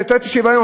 לתת שוויון,